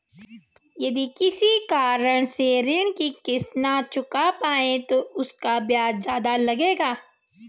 यदि किसी कारण से ऋण की किश्त न चुका पाये तो इसका ब्याज ज़्यादा लगेगा?